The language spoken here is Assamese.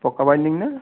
পকা বাইণ্ডিং নে